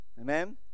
Amen